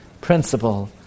principle